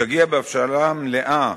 שיגיע בהבשלה מלאה